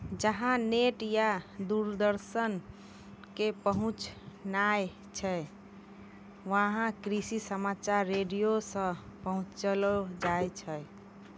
जहां नेट या दूरदर्शन के पहुंच नाय छै वहां कृषि समाचार रेडियो सॅ पहुंचैलो जाय छै